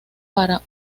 para